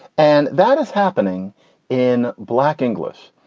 and that is happening in black english.